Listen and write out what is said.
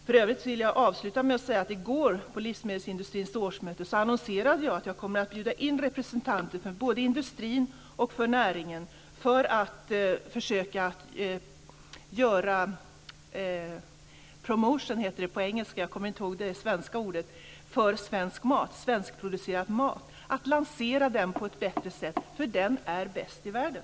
För övrigt vill jag avsluta med att säga att jag i går på livsmedelsindustrins årsmöte annonserade att jag kommer att bjuda in representanter för både industrin och näringen för att försöka göra promotion - det heter så på engelska; jag kommer inte ihåg det svenska ordet - för svenskproducerad mat. Det handlar om att lansera den på ett bättre sätt, eftersom den är bäst i världen.